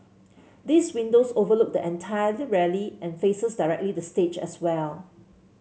these windows overlook the entirely rally and faces directly the stage as well